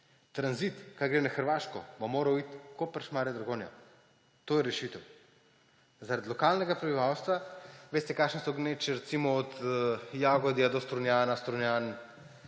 Tranzit, kar gre na Hrvaško, bo moral iti po trasi Koper–Šmarje–Dragonja. To je rešitev. Zaradi lokalnega prebivalstva, veste, kakšne so gneče. Recimo od Jagodja do Strunjana,